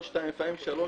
לא שניים אלא לפעמים שלושה,